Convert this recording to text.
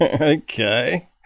Okay